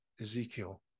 Ezekiel